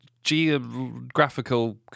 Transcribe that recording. geographical